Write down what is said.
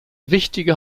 wichtige